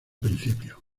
principio